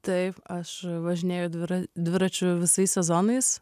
taip aš važinėju dvira dviračiu visais sezonais